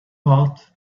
heart